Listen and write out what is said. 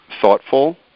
thoughtful